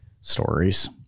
stories